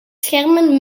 schermen